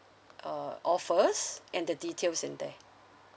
err offers and the details in there